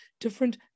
different